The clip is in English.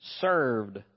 served